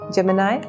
Gemini